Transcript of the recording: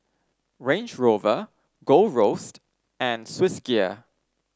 Range Rover Gold Roast and Swissgear